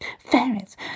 Fairies